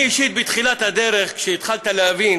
אני אישית, בתחילת הדרך, כשהתחלת להבין